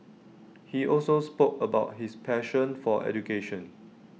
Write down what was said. he also spoke about his passion for education